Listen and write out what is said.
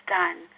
done